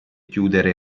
chiudere